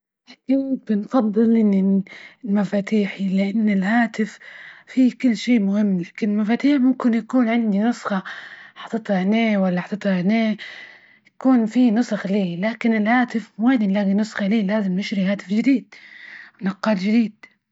أكيد بنفضل ان المفاتيح لإن الهاتف فيه كل شي مهم ،لكن المفاتيح ممكن يكون عندي نسخة حاططها هنا ولا حطيتها هنا، يكون في نسخ لي لكن الهاتف وين نلاجي نسخة لي، لازم نشتري هاتف جديد نقال جديد.